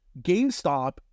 GameStop